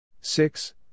Six